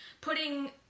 Putting